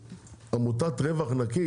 עמותת "רווח נקי"?